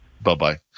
Bye-bye